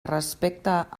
respecta